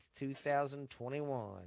2021